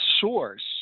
source